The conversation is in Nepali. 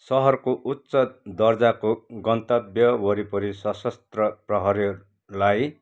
सहरको उच्च दर्जाको गन्तव्य वरिपरि सशस्त्र प्रहरीलाई